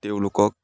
তেওঁলোকক